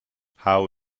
how